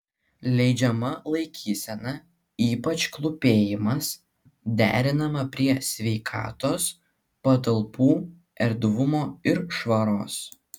leidžiama laikysena ypač klūpėjimas derinama prie sveikatos patalpų erdvumo ir švaros